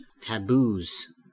Taboos